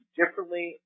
differently